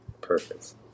Perfect